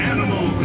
Animal